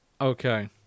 Okay